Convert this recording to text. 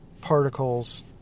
particles